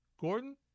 Gordon